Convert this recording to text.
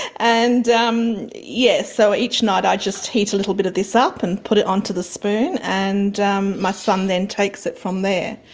and um yeah so each night i just heat a little bit of this up and put it onto the spoon and um my son then takes it from there.